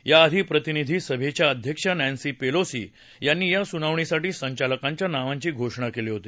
या आधी प्रतिनिधी सभेच्या अध्यक्षा नस्त्री पेलोसी यांनी या सुनावणीसाठी संचालकांच्या नावांची घोषणा केली होती